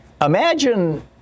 Imagine